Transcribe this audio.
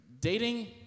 dating